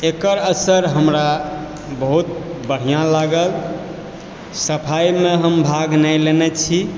एकर असर हमरा बहुत बढ़िआँ लागल सफाईमे हम भाग नहि लेनय छी